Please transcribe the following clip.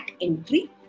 entry